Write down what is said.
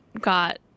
got